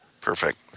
Perfect